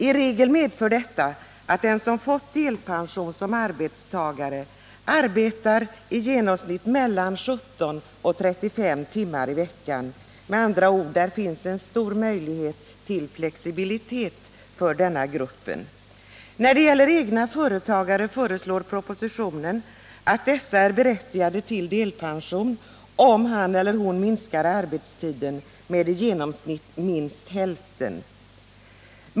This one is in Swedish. I regel medför detta att den som fått delpension som arbetstagare arbetar i genomsnitt mellan 17 och 35 timmar i veckan. Med andra ord finns där en stor möjlighet till flexibilitet för denna grupp. När det gäller egenföretagare föreslår propositionen att dessa skall bli berättigade till delpension, om de minskar arbetstiden med i genomsnitt minst hälften.